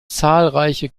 zahlreiche